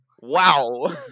Wow